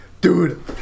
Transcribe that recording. Dude